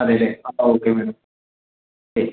അത് ശരി അപ്പം ഓക്കെ മാഡം ശരി